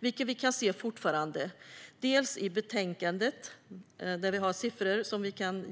Detta kan vi fortfarande se, dels i betänkandet där vi kan